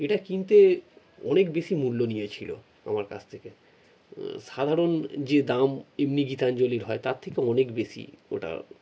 এটা কিনতে অনেক বেশি মূল্য নিয়েছিল আমার কাছ থেকে সাধারণ যে দাম এমনি গীতাঞ্জলির হয় তার থেকে অনেক বেশি ওটা